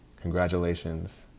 congratulations